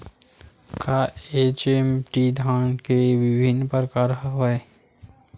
का एच.एम.टी धान के विभिन्र प्रकार हवय?